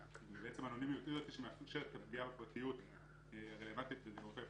ובעצם האנונימיות היא זאת שמאפשרת את הפגיעה בפרטיות של הנפגע.